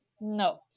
No